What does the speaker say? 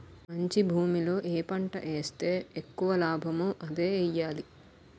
మంచి భూమిలో ఏ పంట ఏస్తే ఎక్కువ లాభమో అదే ఎయ్యాలి